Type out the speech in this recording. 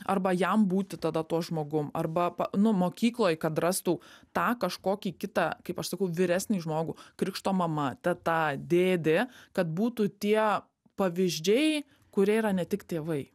arba jam būti tada tuo žmogum arba pa nu mokykloj kad rastų tą kažkokį kitą kaip aš sakau vyresnį žmogų krikštomama teta dėdė kad būtų tie pavyzdžiai kurie yra ne tik tėvai